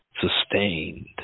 sustained